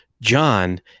John